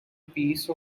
piece